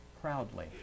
proudly